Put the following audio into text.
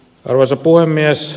arvoisa puhemies